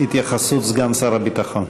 התייחסות סגן שר הביטחון.